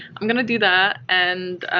i'm gonna do that and